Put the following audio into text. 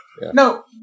No